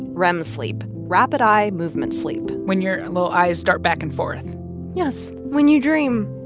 rem sleep rapid eye movement sleep when your little eyes dart back and forth yes. when you dream,